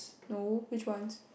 no which ones